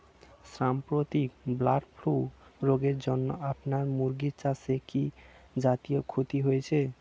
সাম্প্রতিক bird flu রোগের জন্য আপনার মুরগি চাষে কি জাতীয় ক্ষতি হয়েছে?